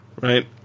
right